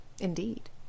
indeed